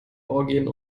orgien